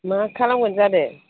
मा खालामगोन जादों